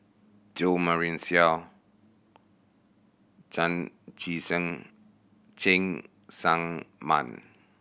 Jo Marion Seow Chan Chee Seng Cheng Tsang Man